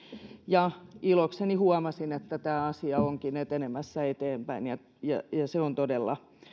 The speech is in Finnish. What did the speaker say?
ja ilokseni huomasin että tämä asia onkin etenemässä eteenpäin ja ja se on todella